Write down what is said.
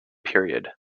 period